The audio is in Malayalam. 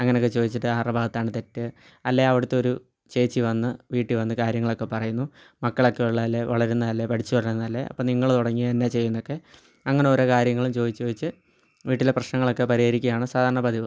അങ്ങനെയൊക്കെ ചോദിച്ചിട്ട് ആരുടെ ഭാഗത്താണ് തെറ്റ് അല്ലേ അവിടുത്തെ ഒരു ചേച്ചി വന്ന് വീട്ടിൽ വന്ന് കാര്യങ്ങളൊക്കെ പറയുന്നു മക്കളൊക്കെ ഉള്ളതല്ലേ വളരുന്നതല്ലേ പഠിച്ച് വളരുന്നതല്ലേ അപ്പം നിങ്ങൾ തുടങ്ങിയ എന്നാൽ ചെയ്യുന്നൊക്കെ അങ്ങനെ ഓരോ കാര്യങ്ങളും ചോദിച്ച് ചോദിച്ച് വീട്ടിലെ പ്രശ്നങ്ങളൊക്കെ പരിഹരിക്കയാണ് സാധാരണ പതിവ്